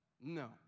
No